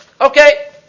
Okay